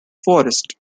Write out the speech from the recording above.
forest